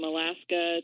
Alaska